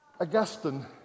Augustine